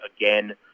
again